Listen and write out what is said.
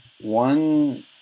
one